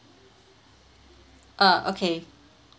uh okay